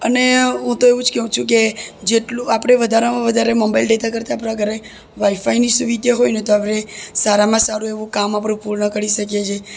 અને હું તો એવું જ કહું છું કે જેટલું આપણે વધારેમાં વધારે મોબાઈલ ડેટા કરતાં આપણા ઘરે વાઈફાઈની સુવિધા હોય ને તો આપણે સારામાં સારું એવું કામ આપણું પૂર્ણ કરી શકીએ છીએ